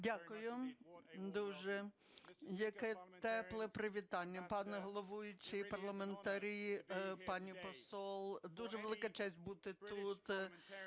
Дякую дуже. Яке тепле привітання, пане головуючий і парламентарі, пані посол, дуже велика честь бути тут.